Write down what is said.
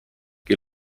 che